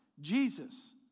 Jesus